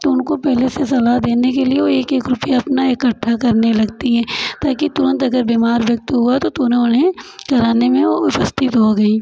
तो उनको पहले से सलाह देने के लिए वो एक एक रुपया अपना इकट्ठा करने लगती हैं ताकि तुरंत अगर बीमार व्यक्ति हुआ तो तुरंत उन्हें कराने में वो सस्ती तो होगा ही